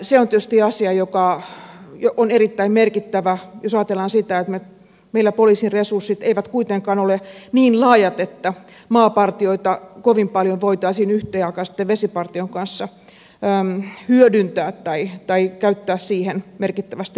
se on tietysti asia joka on erittäin merkittävä jos ajatellaan sitä että poliisin resurssit eivät kuitenkaan ole meillä niin laajat että maapartioita voitaisiin kovin paljon hyödyntää yhtä jalkaa vesipartion kanssa tai käyttää siihen merkittävästi resursseja